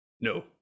no